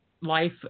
life